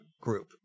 group